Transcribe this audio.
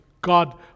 God